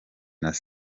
nta